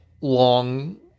long